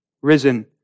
Risen